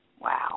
Wow